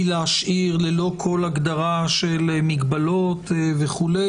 להשאיר ללא כל הגדרה של מגבלות וכולי,